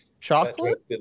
chocolate